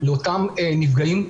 לאותם נפגעים.